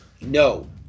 no